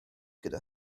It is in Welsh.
gyda